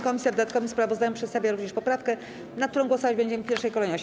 Komisja w dodatkowym sprawozdaniu przedstawia również poprawkę, nad którą głosować będziemy w pierwszej kolejności.